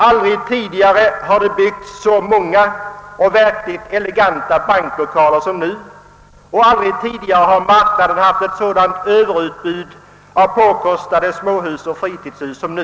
Aldrig tidigare har det byggts så många och verkligt eleganta banklokaler. Aldrig tidigare har heller marknaden haft ett sådant överutbud av påkostade småhus och fritidshus som nu.